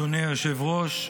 אדוני היושב-ראש,